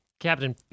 Captain